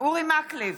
אורי מקלב,